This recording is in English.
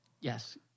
Yes